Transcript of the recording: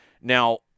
Now